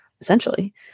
essentially